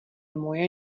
moje